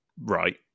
Right